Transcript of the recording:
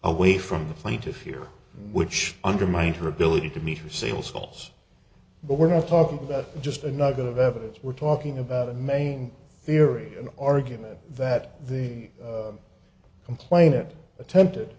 away from the plaintiff here which undermined her ability to meet her sales goals but we're not talking about just a nugget of evidence we're talking about a main theory an argument that the complainant attempted